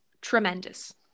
tremendous